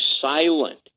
silent